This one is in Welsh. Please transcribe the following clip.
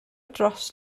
dros